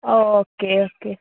okay okay